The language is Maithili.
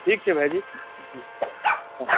ठीक छै भाईजी